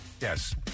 yes